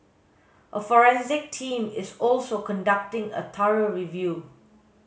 a forensic team is also conducting a thorough review